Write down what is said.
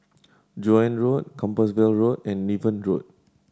Joan Road Compassvale Road and Niven Road